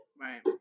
Right